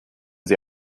sie